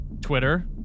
Twitter